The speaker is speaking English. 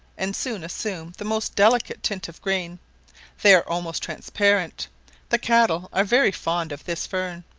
and soon assume the most delicate tint of green they are almost transparent the cattle are very fond of this fern.